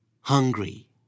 hungry